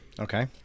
Okay